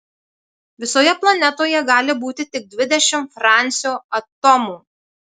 visoje planetoje gali būti tik dvidešimt francio atomų